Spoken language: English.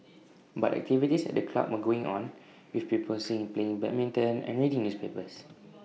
but activities at the club were going on with people seen playing badminton and reading newspapers